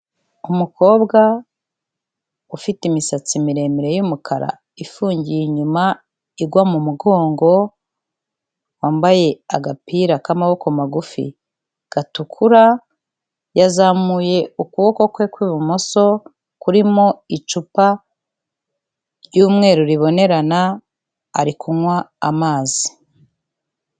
Umukobwa ufite imisatsi miremire y'umukara ifungiye inyuma igwa mu mugongo, wambaye agapira k'amaboko magufi gatukura, yazamuye ukuboko kwe kw'ibumoso kurimo icupa ry'umweru ribonerana ari kunywa amazi.